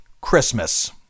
Christmas